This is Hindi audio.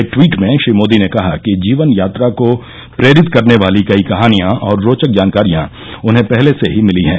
एक टवीट में श्री मोदी ने कहा कि जीवन यात्रा को प्रेरित करने वाली कई कहानियां और रोचक जानकारियां उन्हें पहले से ही मिली हैं